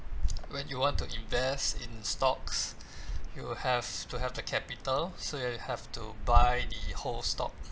when you want to invest in stocks you have to have the capital so you have to buy the whole stock